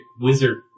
wizard